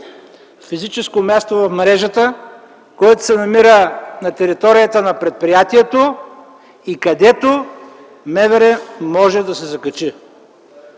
физическо място в мрежата, което се намира на територията на предприятието и където МВР може да се закачи.